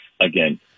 again